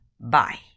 Bye